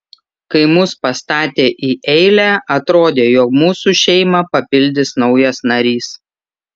kai mus pastatė į eilę atrodė tuoj mūsų šeimą papildys naujas narys